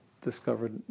discovered